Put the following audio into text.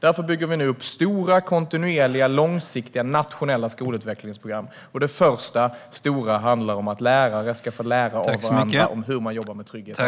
Därför bygger vi nu upp stora, kontinuerliga, långsiktiga, nationella skolutvecklingsprogram. Det första stora handlar om att lärare ska få lära av varandra om hur man jobbar med trygghet och arbetsro.